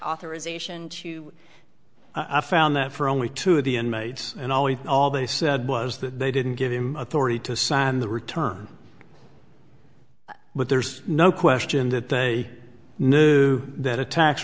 authorization to found that for only two of the inmates and always all they said was that they didn't give him authority to sign the return but there's no question that they knew that a tax